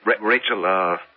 Rachel